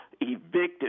evicted